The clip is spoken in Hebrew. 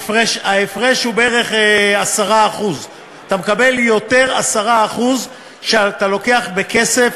ההפרש הוא בערך 10%. אתה מקבל 10% יותר כשאתה לוקח בכסף,